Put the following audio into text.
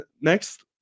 next